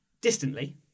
Distantly